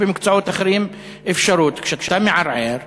במקצועות אחרים יש אפשרות, כשאתה מערער,